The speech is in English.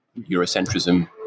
Eurocentrism